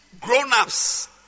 Grown-ups